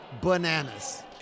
bananas